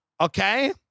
okay